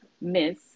Miss